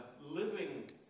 living